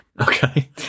Okay